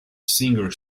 singer